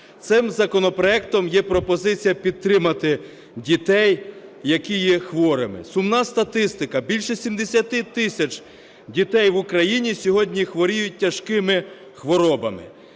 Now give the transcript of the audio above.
Цим законопроектом є пропозиція підтримати дітей, які є хворими. Сумна статистика: більше 70 тисяч дітей в Україні сьогодні хворіють тяжкими хворобами.